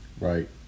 Right